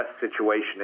situation